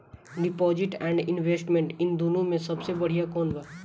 Deposit and investment इन दुनो मे से सबसे बड़िया कौन बा?